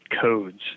codes